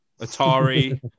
Atari